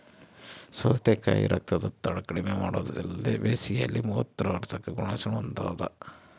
ಸೌತೆಕಾಯಿ ರಕ್ತದೊತ್ತಡ ಕಡಿಮೆಮಾಡೊದಲ್ದೆ ಬೇಸಿಗೆಯಲ್ಲಿ ಮೂತ್ರವರ್ಧಕ ಗುಣಲಕ್ಷಣ ಹೊಂದಾದ